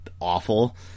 awful